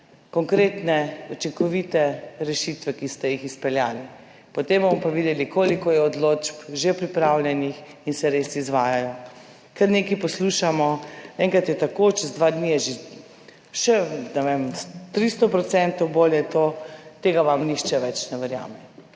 (nadaljevanje) rešitve, ki ste jih izpeljali, potem bomo pa videli koliko je odločb že pripravljenih in se res izvajajo. Kar nekaj poslušamo, enkrat je tako, čez dva dni je že še ne vem, 300 % bolj je to. Tega vam nihče več ne verjame.